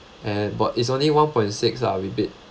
and but it's only one point six lah rebate